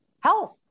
health